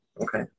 Okay